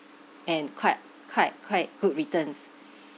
and quite quite quite good returns